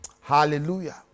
hallelujah